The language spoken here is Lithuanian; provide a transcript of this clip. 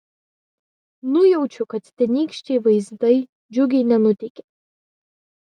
nujaučiu kad tenykščiai vaizdai džiugiai nenuteikė